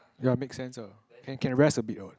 ya make sense ah can rest a bit what